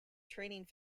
training